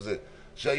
לא